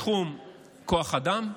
זה בתחום כוח האדם,